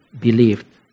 believed